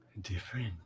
Different